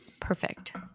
perfect